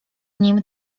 nim